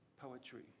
poetry